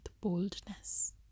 boldness